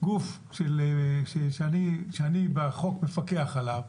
גוף שאני בחוק מפקח עליו,